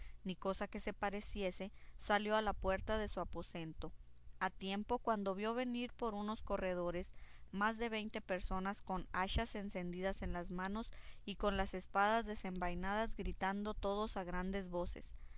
ni cosa que se pareciese salió a la puerta de su aposento a tiempo cuando vio venir por unos corredores más de veinte personas con hachas encendidas en las manos y con las espadas desenvainadas gritando todos a grandes voces